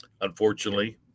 unfortunately